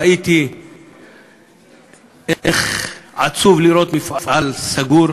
ראיתי כמה עצוב לראות מפעל סגור,